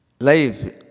Life